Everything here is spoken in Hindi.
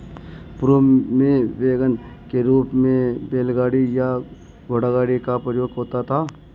पूर्व में वैगन के रूप में बैलगाड़ी या घोड़ागाड़ी का प्रयोग होता था